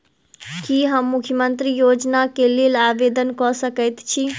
की हम मुख्यमंत्री योजना केँ लेल आवेदन कऽ सकैत छी?